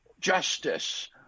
justice